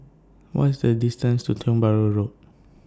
What IS The distance to Tiong Bahru Road